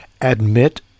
Admit